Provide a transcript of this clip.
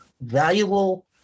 valuable